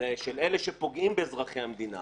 של אלה שפוגעים באזרחי המדינה